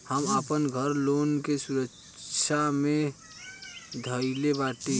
हम आपन घर लोन के सुरक्षा मे धईले बाटी